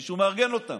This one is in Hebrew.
מישהו מארגן אותם,